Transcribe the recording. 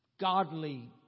Godly